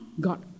God